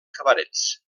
cabarets